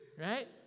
right